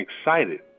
excited